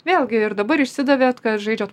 vėlgi ir dabar išsidavėt kad žaidžiat